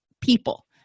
people